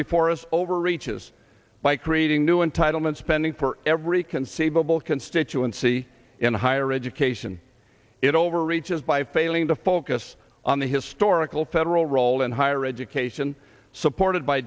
before us over reaches by creating new entitlement spending for every conceivable constituency in higher education it overreaches by failing to focus on the his store ical federal role in higher education supported by